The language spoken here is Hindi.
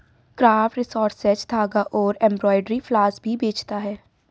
क्राफ्ट रिसोर्सेज धागा और एम्ब्रॉयडरी फ्लॉस भी बेचता है